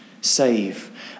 save